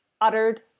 Uttered